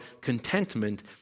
contentment